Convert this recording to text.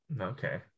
Okay